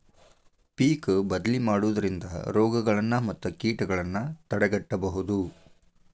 ಪಿಕ್ ಬದ್ಲಿ ಮಾಡುದ್ರಿಂದ ರೋಗಗಳನ್ನಾ ಮತ್ತ ಕೇಟಗಳನ್ನಾ ತಡೆಗಟ್ಟಬಹುದು